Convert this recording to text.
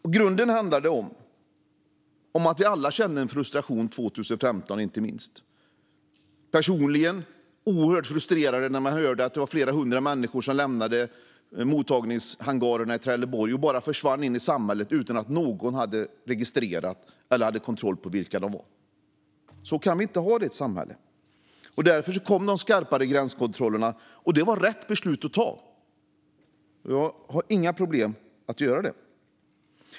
I grunden handlar det om att vi alla kände en frustration 2015. Personligen tyckte jag att det var oerhört frustrerande att höra att flera hundra människor lämnade mottagningshangarerna i Trelleborg och bara försvann in i samhället utan att någon hade registrerat dem eller hade kontroll på vilka de var. Så kan vi inte ha det. Därför kom de skarpare gränskontrollerna, och det var rätt beslut att ta. Det hade jag inga problem med.